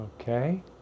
Okay